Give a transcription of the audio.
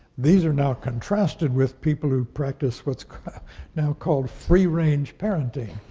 these are now contrasted with people who practice what's now called free range parenting,